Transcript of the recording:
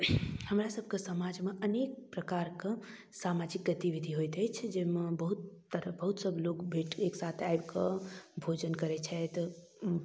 हमरासभके समाजमे अनेक प्रकारके सामाजिक गतिविधि होइत अछि जाहिमे बहुत तरह बहुत सभलोक भेट एकसाथ आबिकऽ भोजन करै छथि